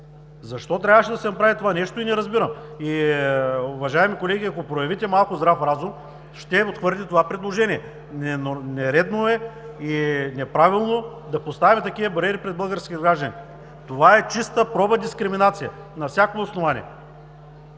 защо трябваше да се направи това нещо?! Уважаеми колеги, ако проявите малко здрав разум, ще отхвърлите това предложение. Нередно е и е неправилно да поставяме такива бариери пред българските граждани. Това е чиста проба дискриминация – на всякакво основание.